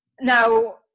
Now